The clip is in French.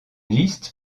liste